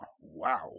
Wow